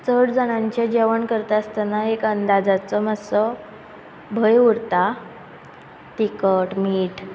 चड जाणांचे जेवण करतना एक अंदाजाचो मातसो भंय उरता तिकट मीठ